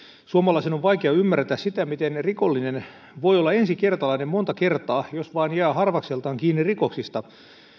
suomalaisen on vaikea ymmärtää sitä miten rikollinen voi olla ensikertalainen monta kertaa jos vain jää harvakseltaan kiinni rikoksista